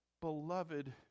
beloved